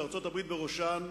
וארצות-הברית בראשן,